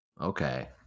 Okay